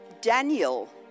Daniel